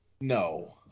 No